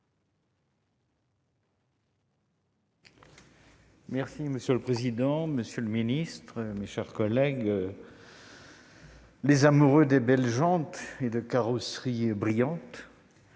Monsieur le président, monsieur le ministre, mes chers collègues, les amoureux de belles jantes et de carrosseries brillantes